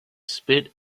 spit